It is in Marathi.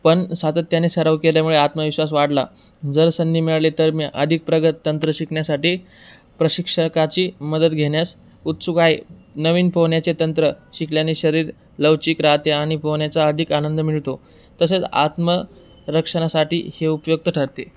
पण सातत्याने सराव केल्यामुळे आत्मविश्वास वाढला जर संधी मिळाली तर मी अधिक प्रगत तंत्र शिकण्या्साठी प्रशिक्षकाची मदत घेण्यास उत्सुक आहे नवीन पोहण्याचे तंत्र शिकल्याने शरीर लवचिक राहते आणि पोहण्याचा अधिक आनंद मिळतो तसेच आत्मरक्षणासाठी हे उपयुक्त ठरते